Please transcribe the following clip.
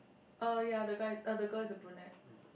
uh ya the guy uh the girl is a brunette